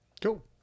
Cool